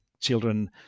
children